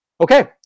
Okay